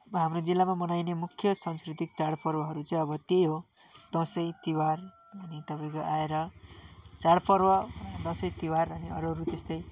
अब हाम्रो जिल्लामा मनाइने मुख्य सांस्कृतिक चाडपर्वहरू चाहिँ अब त्यही हो दसैँ तिहार अनि तपाईँको आएर चाडपर्व दसैँ तिहार अनि अरू अरू त्यस्तै